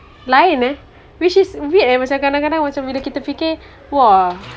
lain eh which is weird eh macam kadang-kadang macam bila kita fikir !wah!